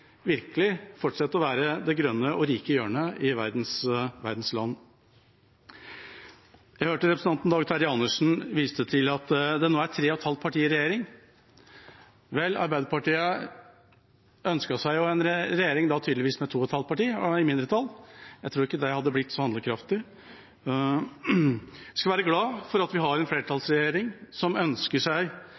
virkelig fortsette å være det grønne og rike hjørnet i verden. Jeg hørte representanten Dag Terje Andersen vise til at det nå er tre og et halvt parti i regjering. Vel, Arbeiderpartiet ønsket seg tydeligvis en regjering med to og et halvt parti, i mindretall. Jeg tror ikke det hadde blitt så handlekraftig. Vi skal være glade for at vi har en flertallsregjering som